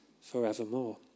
forevermore